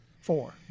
Four